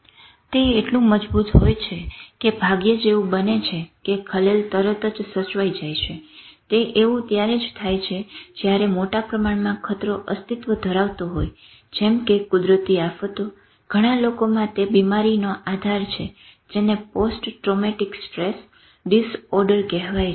તે એટલું મજબુત હોય છે કે ભાગ્યે જ એવું બને છે કે ખલેલ તરત જ સચવાય જાય છે તે એવું ત્યારે જ થાય છે જયારે મોટા પ્રમાણમાં ખતરો અસ્તિત્વ ધરાવતો હોય જેમ કે કુદરતી આફતો ઘણા લોકોમાં તે બીમારીનો આધાર છે જેને "પોસ્ટ ટ્રોમેટીક સ્ટ્રેસ" ડીસઓડર કહેવાય છે